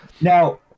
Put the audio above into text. Now